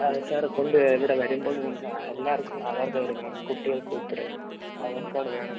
ആ സാർ കൊണ്ട് വേരാം ഇവിടെ വെരുമ്പം നിങ്ങൾക്ക് എല്ലാർക്കും ആധാർ കാർഡ് എടുക്കണം കുട്ടികൾക്ക് ഉൾപ്പെടെ ആധാർ കാർഡ് വേണം